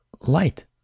light